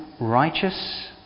righteous